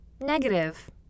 negative